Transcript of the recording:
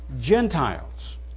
Gentiles